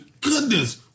goodness